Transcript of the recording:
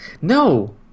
No